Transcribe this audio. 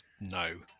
No